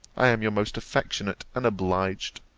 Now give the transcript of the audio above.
i am your most affectionate and obliged,